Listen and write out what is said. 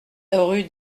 rue